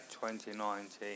2019